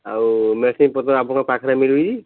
ଆଉ ମେଡ଼ିସିନ୍ ପତ୍ର ଆପଣଙ୍କ ପାଖରେ ମିଳୁଛି